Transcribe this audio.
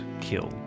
kill